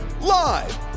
Live